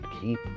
keep